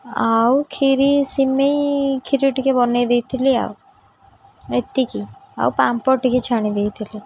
ଆଉ କ୍ଷୀରି ସିମେଇ କ୍ଷୀରି ଟିକେ ବନାଇ ଦେଇଥିଲି ଆଉ ଏତିକି ଆଉ ପାମ୍ପଡ଼ ଟିକେ ଛାଣି ଦେଇଥିଲି